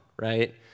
right